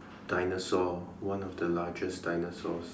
dinosaur one of the largest dinosaurs